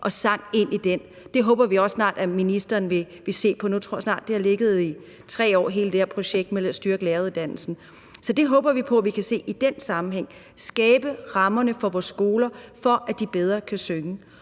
og sang ind i den. Det håber vi også snart ministeren vil se på. Nu tror jeg, at hele det her projekt med at styrke læreruddannelsen snart har ligget i 3 år. Så det håber vi at vi kan se på i den sammenhæng, altså skabe rammerne for vores skoler, for at de bedre kan synge.